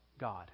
God